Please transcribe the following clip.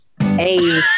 Hey